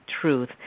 truth